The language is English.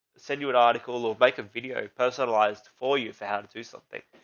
send you an article or bake a video personalized for you for how to do something.